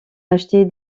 acheter